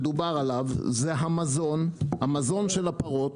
שזה המזון של הפרות,